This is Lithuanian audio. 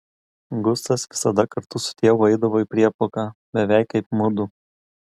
gustas visada kartu su tėvu eidavo į prieplauką beveik kaip mudu